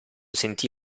sentì